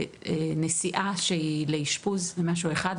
נסיעה שהיא לאשפוז זה משהו אחד,